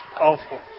awful